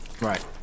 Right